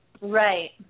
Right